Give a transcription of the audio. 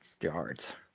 yards